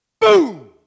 Boom